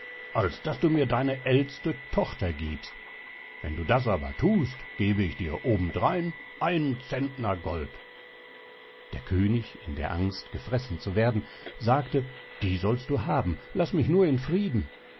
als daß du mir deine ältste tochter giebst wenn du das aber thust geb ich dir noch obendrein einen centner gold der könig in der angst gefressen zu werden sagte die sollst du haben laß mich nur in frieden